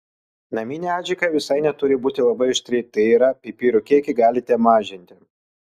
naminė adžika visai neturi būti labai aštri tai yra pipirų kiekį galite mažinti